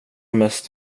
mest